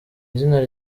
izina